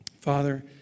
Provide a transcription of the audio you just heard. Father